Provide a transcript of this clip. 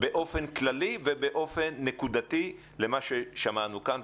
באופן כללי למצב וגם באופן נקודתי למה ששמענו כאן.